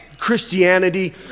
Christianity